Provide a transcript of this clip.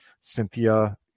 Cynthia